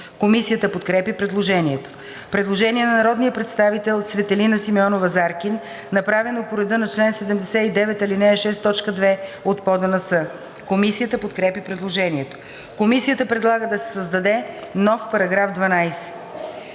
Комисията подкрепя предложението. Предложение на народния представител Цветелина Симеонова-Заркин, направено по реда на чл. 79, ал. 6, т. 2 от ПОДНС. Комисията подкрепя предложението. Комисията предлага да се създаде нов § 12: „§ 12.